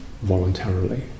voluntarily